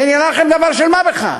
זה נראה לכם דבר של מה בכך.